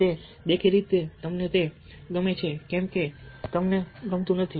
appeal દેખીતી રીતે તમને તે ગમે છે કે કેમ તમને તે ગમતું નથી